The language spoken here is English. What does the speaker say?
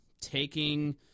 taking